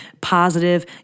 positive